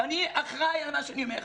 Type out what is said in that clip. ואני אחראי על מה שאני אומר לך.